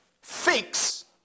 fix